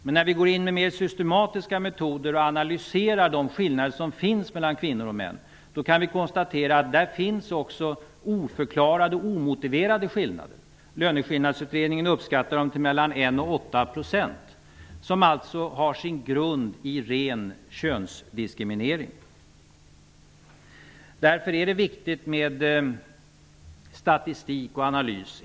Men när vi går in med mer systematiska metoder och analyserar de skillnader som finns mellan kvinnor och män kan vi konstatera att det också finns oförklarade och omotiverade skillnader. Löneskillnadsutredningen uppskattar att mellan 1 och 8 % av löneskillnaderna har sin grund i ren könsdiskriminering. Därför är det viktigt med statistik och analys.